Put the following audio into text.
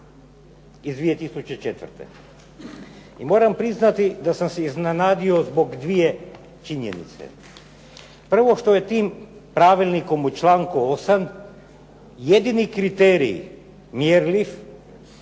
iz 2004. i moram priznati da sam se iznenadio zbog dvije činjenice. Prvo što je tim pravilnikom u članku 8. jedini kriterij mjerljiv